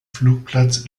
flugplatz